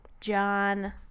John